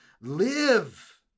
Live